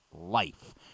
life